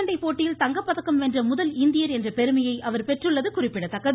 சண்டைப்போட்டியில் தங்கப்பதக்கம் கக்கி வென்ற முதல் இந்தியர் என்ற பெருமையை அவர் பெற்றுள்ளது குறிப்பிடத்தக்கது